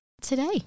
today